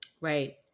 Right